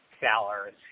sellers